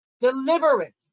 deliverance